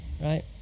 right